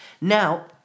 Now